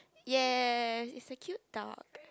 yes it's a cute dog